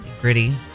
Gritty